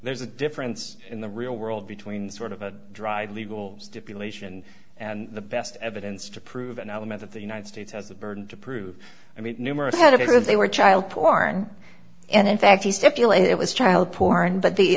there's a difference in the real world between sort of a dried legal stipulation and the best evidence to prove an element of the united states has a burden to prove i mean numerous had if they were child porn and in fact he stipulated it was child porn but the